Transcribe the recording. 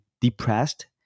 depressed